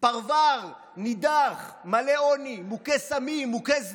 לפרבר נידח מלא עוני, מוכה סמים, מוכה זנות,